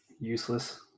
Useless